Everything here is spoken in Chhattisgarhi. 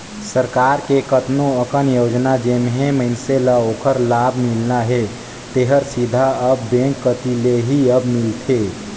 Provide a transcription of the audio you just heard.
सरकार के कतनो अकन योजना जेम्हें मइनसे ल ओखर लाभ मिलना हे तेहर सीधा अब बेंक कति ले ही अब मिलथे